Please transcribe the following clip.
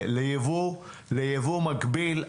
ליבוא, ליבוא מקביל.